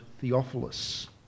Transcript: Theophilus